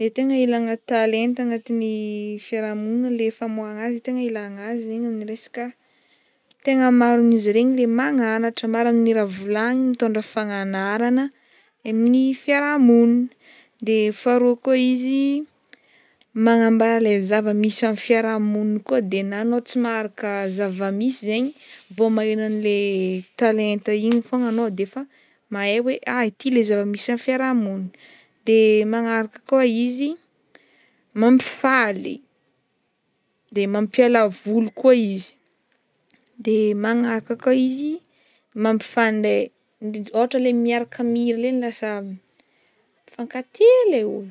Letegna ilagna talenta agnatin'ny fiarahamonigna le famoahagna azy tegna ilagna azy zegny am'resaka, tegna maro amin'izy regny le magnanatra, maro amin'ny raha volagniny mitondra fagnanarana amin'ny fiarahamonina de faharoa koa izy manambara lay zavamisy am' fiarahamony koa de na anao tsy maharaka zavamisy zaigny vao maheno an'le talenta igny fogna anao de efa mahay hoe ah ity le zavamisy am'fiarahamony de magnaraka koa izy mampifaly de mampiala voly koa izy de magnaraka koa izy mampifandray indrindra ôhatra le miaraka mihira regny lasa mifankatia le olo.